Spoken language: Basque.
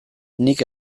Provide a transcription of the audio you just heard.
nik